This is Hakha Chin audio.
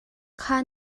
kha